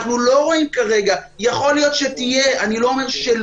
יכול להיות שתהיה אני לא אומר שלא,